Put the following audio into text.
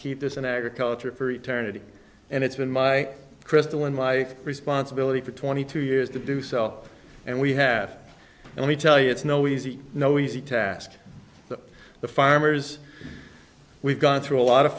keep this in agriculture for eternity and it's been my crystal and my responsibility for twenty two years to do so and we have let me tell you it's no easy no easy task the farmers we've gone through a lot of